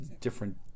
different